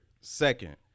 Second